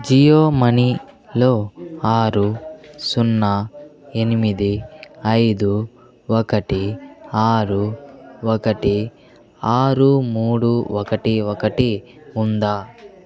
జియో మనీలో ఆరు సున్నా ఎనిమిది ఐదు ఒకటి ఆరు ఒకటి ఆరు మూడు ఒకటి ఒకటి ఉందా